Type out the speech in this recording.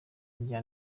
n’irya